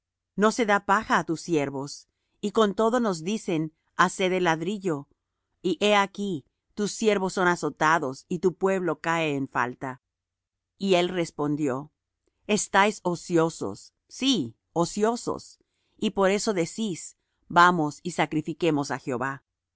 no se da paja á tus siervos y con todo nos dicen haced el ladrillo y he aquí tus siervos son azotados y tu pueblo cae en falta y él respondió estáis ociosos sí ociosos y por eso decís vamos y sacrifiquemos á jehová